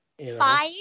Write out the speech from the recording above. five